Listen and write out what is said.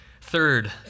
Third